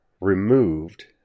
removed